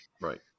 right